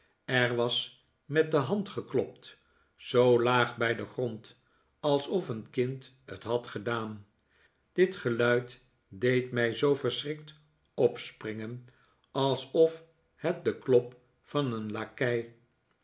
er was met de hand geklopt zoo laag bij den grond alsof een kind t had gedaan dit geluid deed mij zoo verschrikt opspringen alsof het de klop van een lakei